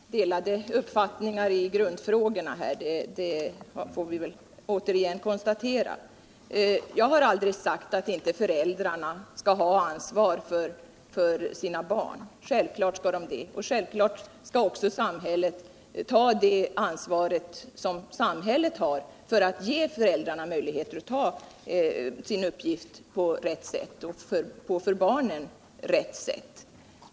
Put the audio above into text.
Herr talman! Att vi uppenbarligen har delade uppfattningar i grundfrågorna måste vi återigen konstatera. Jag har aldrig sagt att inte föräldrarna skall ha ansvar för sina barn. Självklart skall de ha det. och självklart skall också samhället ta den del av ansvaret som det har för att ge föräldrarna möjlighet att lösa sin uppgift på ett för barnen riktigt sätt.